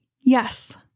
Yes